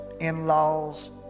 in-laws